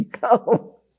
Go